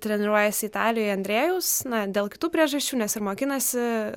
treniruojasi italijoje andrejaus na dėl kitų priežasčių nes ir mokinasi